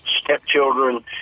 stepchildren